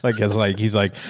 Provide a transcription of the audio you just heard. but cause like he's like,